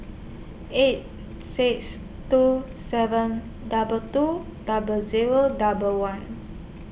eight six two seven double two double Zero double one